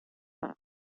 бак